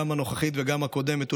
גם הנוכחית וגם הקודמת.